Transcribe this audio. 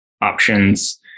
options